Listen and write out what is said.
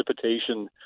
precipitation